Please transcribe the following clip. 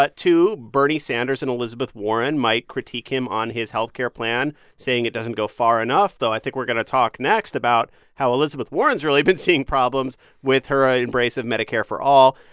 but two, bernie sanders and elizabeth warren might critique him on his health care plan, saying it doesn't go far enough, though i think we're going to talk next about how elizabeth warren's really been seeing problems with her embrace of medicare for all.